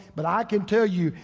but i can tell you,